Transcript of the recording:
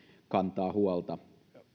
kantaa huolta